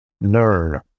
learn